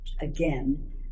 again